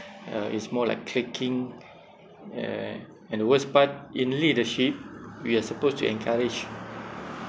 uh it's more like cliquing and and the worst part in leadership we are supposed to encourage